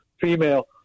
female